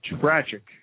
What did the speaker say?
tragic